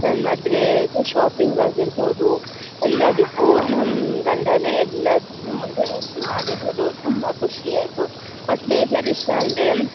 ನನ್ನ ಮದುವೆಗೆ ಶಾಪಿಂಗ್ ಆಗಿರ್ಬೋದು ಎಲ್ಲದಕ್ಕೂ ನನ್ನ ಗಂಡಾ ಎಲ್ಲಾದನ್ನು ಮುಂದೆ ನಿಂತು ಮಾಡಿರೋದು ತುಂಬ ಖುಷಿ ಆಯಿತು ಬಟ್ ಬೇಜಾರ್ ವಿಷಯ ಅಂದರೆ